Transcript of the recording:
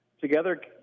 together